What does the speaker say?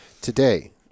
today